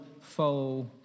foe